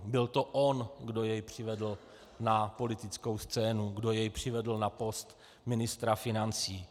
Byl to on, kdo jej přivedl na politickou scénu, kdo jej přivedl na post ministra financí.